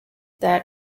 that